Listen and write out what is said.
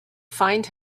find